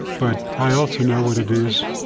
but i also know what it is